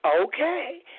Okay